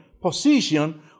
position